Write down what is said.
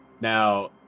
Now